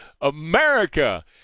America